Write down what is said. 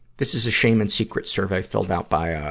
this is a shame and secret survey filled out by ah